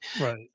right